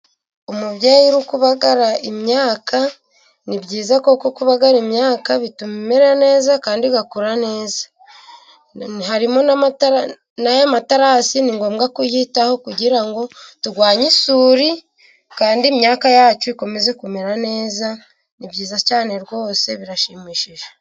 Umubyeyi uri kubagara imyaka, ni byiza kuko kubagara imyaka bituma imera neza kandi igakura neza, harimo n'aya matarasi ni ngombwa kuyitaho kugira ngo turwanye isuri, kandi imyaka yacu ikomeze kumera neza, ni byiza cyane rwose, birashimishije.